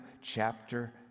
chapter